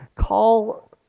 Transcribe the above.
call